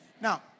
Now